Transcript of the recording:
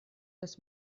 das